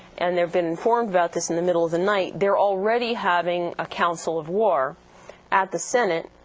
and they've been informed about this in the middle of the night, they're already having a council of war at the senate.